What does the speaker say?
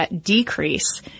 decrease